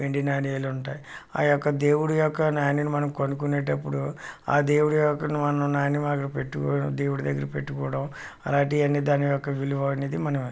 వెండి నాణేలు ఉంటాయి ఆ యొక్క దేవుడు యొక్క నాణేలు మనం కొనుకునేటప్పుడు ఆ దేవుడు విగ్రహం మనం నాణెంగా పెట్టుకుని దేవుడి దగ్గర పెట్టుకోవడం అలాంటివన్నీ దాని యొక్క విలువ అనేది మనం